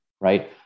right